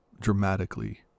dramatically